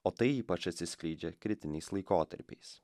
o tai ypač atsiskleidžia kritiniais laikotarpiais